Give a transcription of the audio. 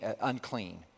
unclean